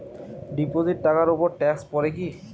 Deposit টাকার উপর tax পড়ে কি?